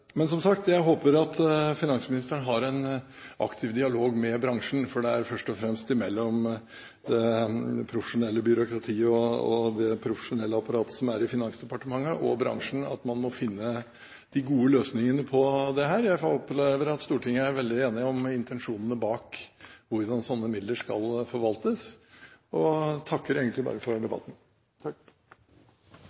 Men, som sagt, jeg håper at finansministeren har en aktiv dialog med bransjen, for det er først og fremst mellom det profesjonelle byråkratiet og det profesjonelle apparatet som er i Finansdepartementet og bransjen, at man må finne de gode løsningene på dette. Jeg opplever at Stortinget er veldig enig om intensjonene bak hvordan slike midler skal forvaltes, og takker egentlig bare for